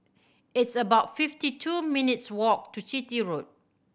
it's about fifty two minutes' walk to Chitty Road